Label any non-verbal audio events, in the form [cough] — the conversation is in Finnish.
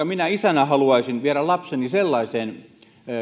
[unintelligible] minä isänä haluaisin viedä lapseni sellaiseen